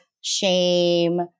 shame